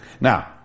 Now